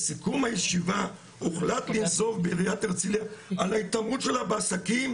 בסיכום הישיבה הוחלט לנזוף בעיריית הרצליה על ההתערבות שלה בעסקים.